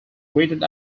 greeted